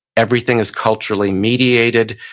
everything is culturally mediated,